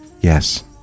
Yes